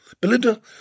Belinda